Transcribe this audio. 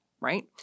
right